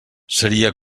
seria